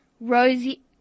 Rosie